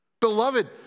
beloved